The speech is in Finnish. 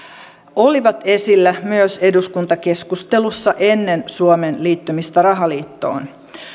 olivat esillä myös eduskuntakeskustelussa ennen suomen liittymistä rahaliittoon